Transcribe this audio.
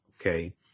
okay